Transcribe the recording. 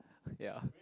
ya